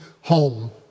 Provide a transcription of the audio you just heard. home